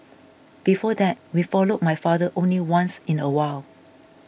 before that we followed my father only once in a while